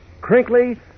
crinkly